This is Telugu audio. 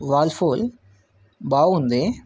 వర్ల్ఫూల్ బాగుంది